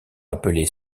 appelées